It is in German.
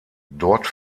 dort